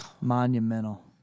monumental